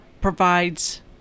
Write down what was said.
provides